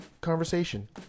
conversation